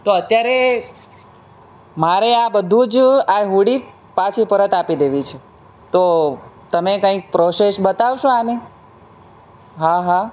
તો અત્યારે મારે આ બધું જ આ હુડી પાછી પરત આપી દેવી છે તો તમે કાંઈક પ્રોસેસ બતાવશો આની હા હા